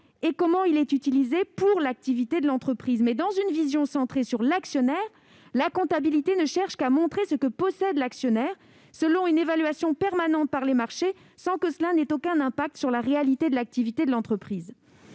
et comment il est utilisé pour l'activité de l'entreprise. Dans une vision centrée sur l'actionnaire, la comptabilité ne cherche qu'à montrer ce que possède l'actionnaire, selon une évaluation permanente par les marchés, sans aucun impact sur la réalité de l'activité de l'entreprise.